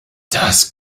das